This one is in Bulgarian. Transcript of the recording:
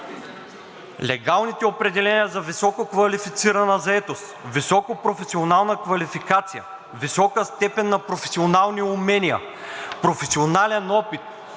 Легалните определения за висококвалифицирана заетост, високопрофесионална квалификация, висока степен на професионални умения, професионален опит,